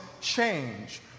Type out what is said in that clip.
change